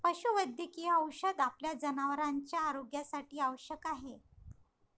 पशुवैद्यकीय औषध आपल्या जनावरांच्या आरोग्यासाठी आवश्यक आहे